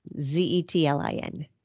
Z-E-T-L-I-N